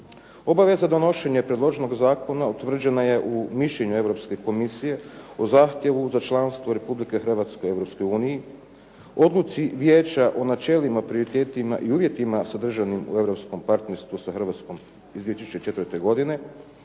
Obaveza donošenja predloženog zakona utvrđena je u mišljenju Europske komisije u zahtjevu za članstvom Republike Hrvatske u Europskoj uniji, odluci vijeća o načelima, prioritetima i uvjetima sadržanim u europskom partnerstvu sa Hrvatskom iz 2004. godine,